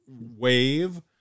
wave